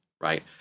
right